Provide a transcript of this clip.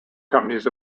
companies